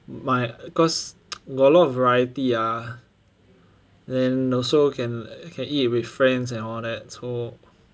my cause got a lot of variety ah then also can can eat with friends and all that so